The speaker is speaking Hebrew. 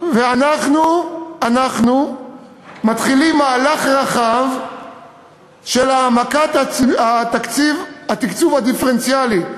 ואנחנו מתחילים מהלך רחב של העמקת התקצוב הדיפרנציאלי,